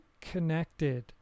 connected